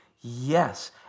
Yes